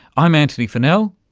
i'm antony funnell,